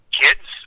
kids